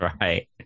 Right